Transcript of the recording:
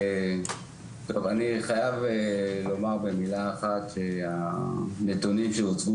אני חייב לומר במילה אחת שהנתונים שהוצגו